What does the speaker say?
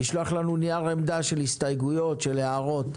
לשלוח לנו נייר עמדה של הסתייגויות, של הערות.